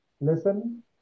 listen